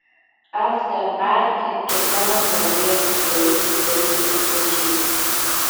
afteparty kiekvienas norėjo pasidaryti selfį su svečiais